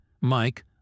Mike